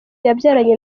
yabyaranye